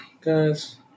Guys